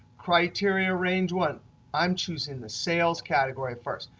criteria range one i'm choosing the sales category first.